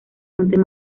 monte